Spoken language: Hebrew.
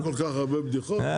אין לי כל כך הרבה בדיחות.